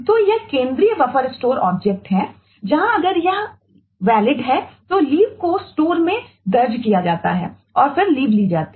तो यह केंद्रीय बफर स्टोर ऑब्जेक्ट है